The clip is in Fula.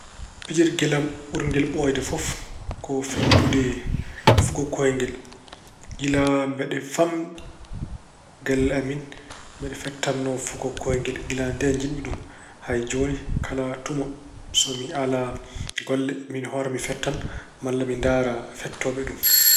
Pijirngel am ɓurngel ɓooyde fof ko fettude fugo kooyngel. Kilaa mbeɗe faamɗi, galle amin, mbeɗe fettanno fugo kooyngel. Kilaa ndeen njiɗmi ɗum. Hay jooni kala tuma so alaa golle min hoore am mi fettan walla mi ndaara fettooɓe ɗum.